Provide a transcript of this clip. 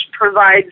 provides